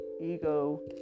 ego